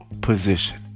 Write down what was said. Position